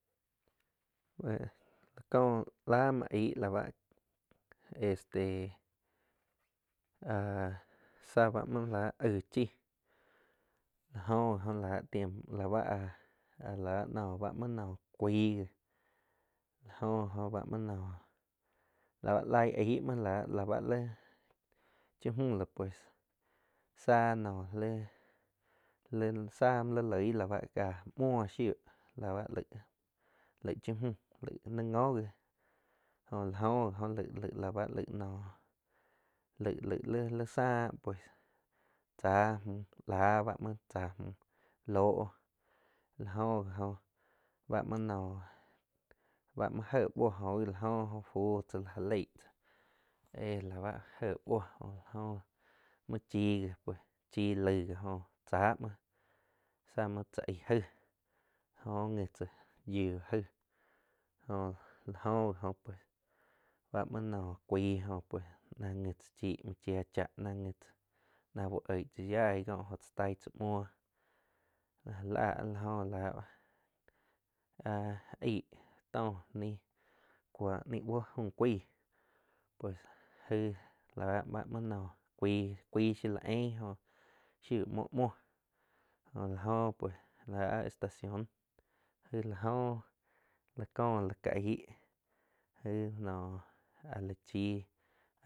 kóh la muoh aig la báh este áhh sá ba muoh lah aig chii, ah jóh gi la tiem la bá áh nóh la bah no cuai gi la jo oh la ba noh lau laig muo láh la li cha mü no pues sáh noh li tzá li loig la ba ká müo shiu la ba laig chaa mü li njo gi jo la oh ji oh laig la ba laig, laig-laig li tsáá pues cha mü láh ba muóh tzá mú loh, la joh ji oh ba muo noh ba muoh je buo nóh la jo oh fuh tza la já leig tzá eh la ba jéh buó la jó ji muo chii, chii laig gi oh tsa muoh tza muoh tza ai aigh jho nji tsá yiuh aigh jo la jó gi oh báh muo naum cuaij jo pues ná nji tsa chii mhu chia cha, na nji tza na uh oig tzá yaih bai kó jp tsá taigg tsá muoh ja la áh la jóh áh aig tóh ni cuo ni buho fú cuaig pues aig la ba muo naum cuaig-cuaig la ein jo yiu muo muoh jo la pue áh estación aig la jó la có la ka aig aig noh áh lah chii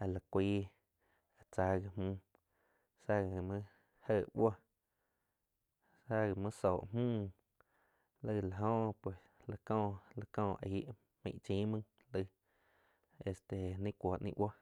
áh lah cuai tza gí müh tza gi muoh jé buoh tza gí muoh soh müh laig la jo pues có la có aig maiig chim muo laig este ni cuó ni buoh.